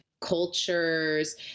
cultures